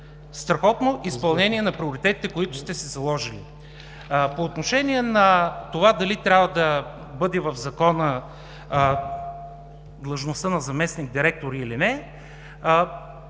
Страхотно изпълнение на приоритетите, които сте си заложили. По отношение на това дали трябва да бъде в Закона длъжността на заместник-директора, или не,